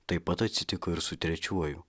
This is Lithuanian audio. taip pat atsitiko ir su trečiuoju